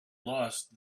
lost